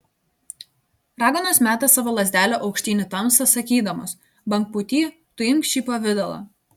raganos meta savo lazdelę aukštyn į tamsą sakydamos bangpūty tu imk šį pavidalą